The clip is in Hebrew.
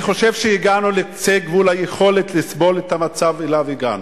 אני חושב שהגענו לקצה גבול היכולת לסבול את המצב שאליו הגענו.